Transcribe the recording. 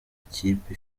kipe